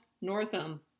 Northam